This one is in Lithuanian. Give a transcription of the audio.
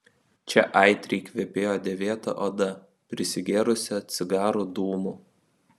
čia aitriai kvepėjo dėvėta oda prisigėrusią cigarų dūmų